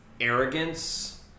arrogance